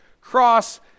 cross